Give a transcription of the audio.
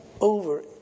over